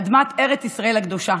אדמת ארץ ישראל הקדושה,